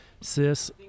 Sis